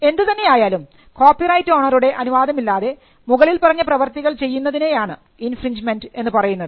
എന്തുതന്നെയായാലും കോപ്പിറൈറ്റ് ഓണറുടെ അനുവാദമില്ലാതെ മുകളിൽ പറഞ്ഞ പ്രവർത്തികൾ ചെയ്യുന്നതിനെയാണ് ഇൻഫ്രിൻജ്മെൻറ് എന്ന് പറയുന്നത്